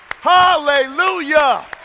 hallelujah